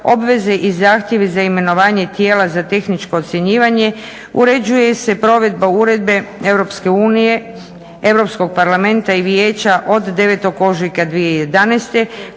obveze i zahtjevi za imenovanje tijela za tehničko ocjenjivanje, uređuje se provedba uredbe Europske unije, Europskog parlamenta i Vijeća od 9. ožujka 2011.